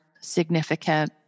significant